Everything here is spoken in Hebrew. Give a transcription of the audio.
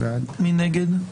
מי נגד?